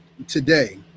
today